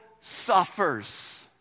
suffers